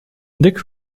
dick